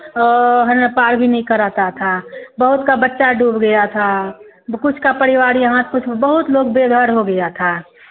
और है ना पार भी नहीं कराता था बहुत का बच्चा डूब गया था कुछ का परिवार यहाँ कुछ बहुत लोग बेघर हो गया था